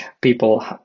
people